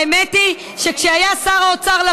האמת היא שכשלפיד היה שר האוצר,